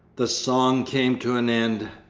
the song came to an end.